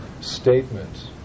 statements